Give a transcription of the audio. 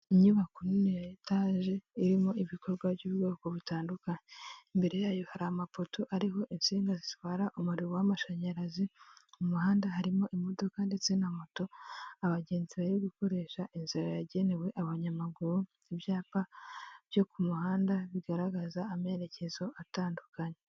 Inyubako nini etage irimo ibikorwa by'ubwoko butandukanye, imbere yayo hari amapoto ariho insinga zitwara umuriro w'amashanyarazi, mu muhanda harimo imodoka ndetse na moto, abagenzi bari gukoresha inzira yagenewe abanyamaguru, ibyapa byo ku muhanda bigaragaza amerekezo atandukanye.